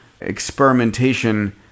experimentation